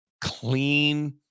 clean